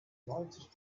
neunzig